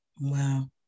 wow